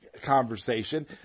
conversation